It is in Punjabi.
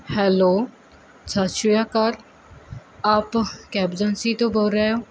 ਹੈਲੋ ਸਤਿ ਸ਼੍ਰੀ ਅਕਾਲ ਆਪ ਕੈਬ ਏਜੰਸੀ ਤੋਂ ਬੋਲ ਰਹੇ ਹੋ